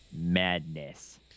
Madness